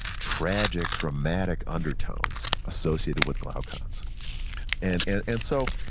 tragic, dramatic undertones associated with glaucon. so, and and and so